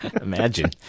Imagine